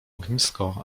ognisko